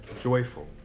joyful